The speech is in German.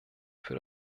für